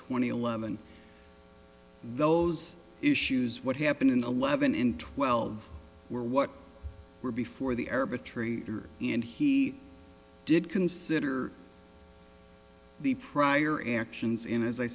twenty eleven those issues what happened in eleven in twelve were what were before the air of a tree and he did consider the prior actions in as i